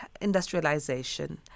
industrialization